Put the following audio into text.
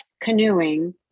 canoeing